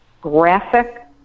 graphic